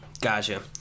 Gotcha